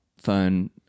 phone